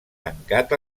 tancat